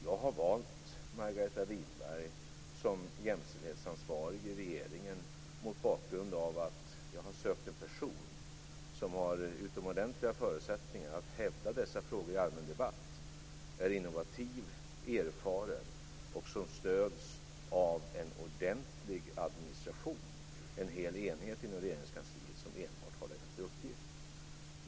Jag har valt Margareta Winberg som jämställdhetsansvarig i regeringen mot bakgrund av att jag har sökt en person som har utomordentliga förutsättningar att hävda dessa frågor i allmän debatt, som är innovativ, erfaren och som stöds av en ordentlig administration. Det är en hel enhet inom Regeringskansliet som enbart har detta till uppgift.